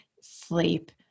sleep